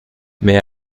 may